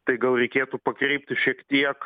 tai gal reikėtų pakreipti šiek tiek